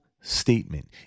statement